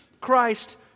Christ